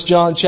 John